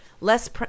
Less